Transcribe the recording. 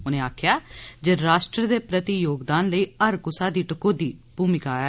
उनें आखेआ जे राष्ट्र दे प्रति योगदान लेई हर कुसा दी टकोहदी मूमिका ऐ